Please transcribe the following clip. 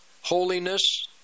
holiness